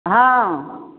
हँ